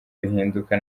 bihinduka